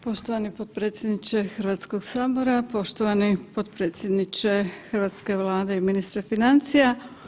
Poštovani potpredsjedniče Hrvatskog sabora, poštovani potpredsjedniče hrvatske Vlade i ministre financija.